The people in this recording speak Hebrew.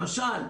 למשל,